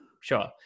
Sure